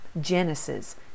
Genesis